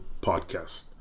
podcast